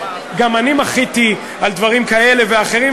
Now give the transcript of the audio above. גם אני מחיתי על דברים כאלה ואחרים,